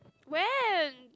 when